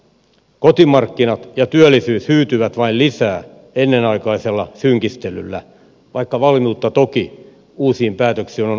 kotimarkkinat ja työllisyys hyytyvät vain lisää ennenaikaisella synkistelyllä vaikka valmiutta toki uusiin päätöksiin on oltavakin